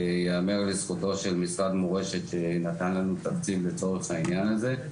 ייאמר לזכותו של משרד מורשת שנתן לנו תקציב לצורך העניין הזה,